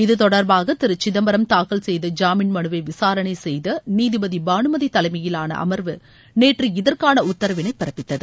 இத்தொடர்பாக திரு சிதம்பரம் தாக்கல் செய்த ஜாமீன் மனுவை விசாரணை செய்த நீதிபதி பானுமதி தலைமையிலான அமர்வு நேற்று இதற்கான உத்தரவினை பிறப்பித்தது